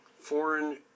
foreign